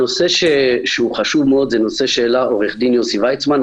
הנושא החשוב זה הנושא שהעלה עורך-הדין יוסי ויצמן.